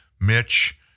Mitch